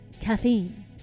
Caffeine